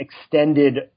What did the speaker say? extended